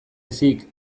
ezik